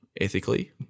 ethically